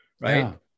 Right